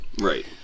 Right